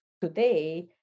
today